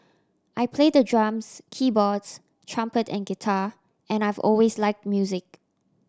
I play the drums keyboards trumpet and guitar and I've always like music